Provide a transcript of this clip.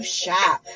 shop